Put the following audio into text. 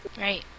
Right